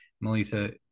melissa